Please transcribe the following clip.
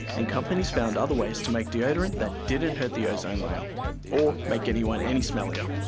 and companies found other ways to make deodorant that didn't hurt the ozone layer or make anyone any smellier.